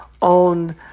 on